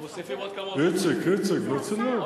אנחנו מוסיפים עוד, איציק, איציק, ברצינות, נו.